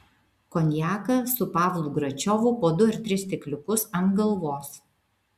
konjaką su pavlu gračiovu po du ar tris stikliukus ant galvos